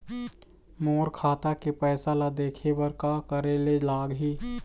मोर खाता के पैसा ला देखे बर का करे ले लागही?